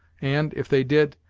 and, if they did,